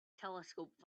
telescope